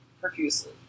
profusely